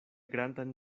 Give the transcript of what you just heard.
grandan